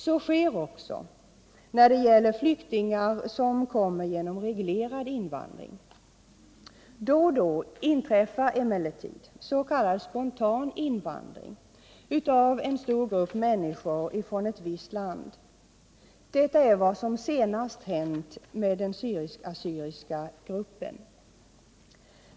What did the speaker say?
Så sker också när det gäller flyktingar som kommer genom reglerad invandring. Då och då inträffar det emellertid s.k. spontan invandring av en stor grupp människor från ett visst land. Detta är vad som senast hänt med den syrisk-assyriska gruppen.